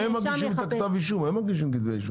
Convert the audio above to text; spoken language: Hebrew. לא, אבל הם מגישים את כתבי אישום.